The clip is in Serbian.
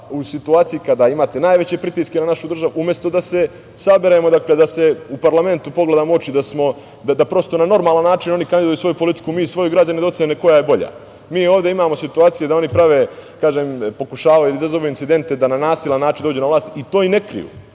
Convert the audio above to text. u situaciji kada imate najveće pritiske na našu državu. Umesto da se saberemo, da se u parlamentu pogledamo u oči, da prosto na normalan način oni kandiduju svoju politiku, mi svoju, a građani da ocene koja je bolja, mi ovde imamo situacije da oni prave, pokušavaju da izazovu incidente, da na nasilan način dođu na vlast i to i ne kriju.